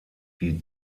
die